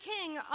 king